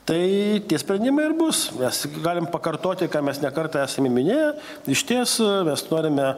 tai tie sprendimai ir bus mes galim pakartoti ką mes ne kartą esame minėję išties mes norime